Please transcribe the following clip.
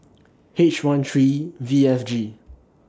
H one three V F G